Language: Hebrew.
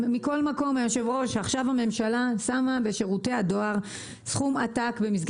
עכשיו הממשלה שמה בשירותי הדואר סכום עתק.